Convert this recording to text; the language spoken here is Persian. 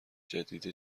جدید